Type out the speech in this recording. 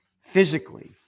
physically